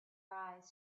eyes